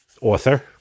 author